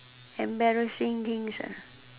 embarrassing things ah